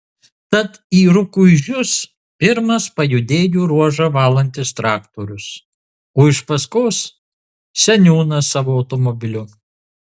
tad į rukuižius pirmas pajudėjo ruožą valantis traktorius o iš paskos seniūnas savo automobiliu